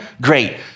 Great